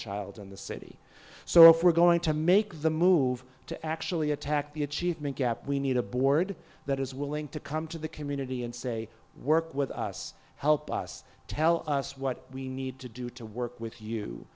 child in the city so if we're going to make the move to actually attack the achievement gap we need a board that is willing to come to the community and say work with us help us tell us what we need to do to work with you